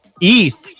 ETH